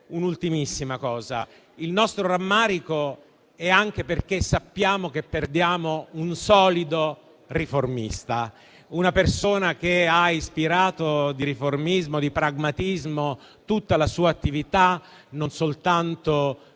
un'ultimissima cosa. Il nostro rammarico deriva anche dal fatto che sappiamo di perdere un solido riformista, una persona che ha ispirato al riformismo e al pragmatismo tutta la sua attività, non soltanto politica,